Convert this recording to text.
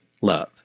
love